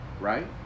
right